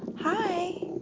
hi.